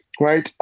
right